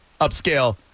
Upscale